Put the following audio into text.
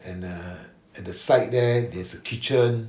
then uh at the side there there's a kitchen